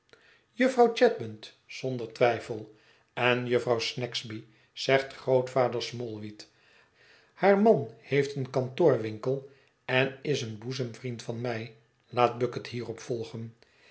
jufvrouw chadband zonder twijfel en jufvrouw snagsby zegt grootvader smallweed haar man heeft een kantoorwinkel en is een boezemvriend van mij laat bucket hierop volgen